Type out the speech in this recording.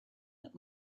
that